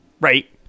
right